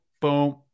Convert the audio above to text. boom